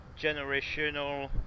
generational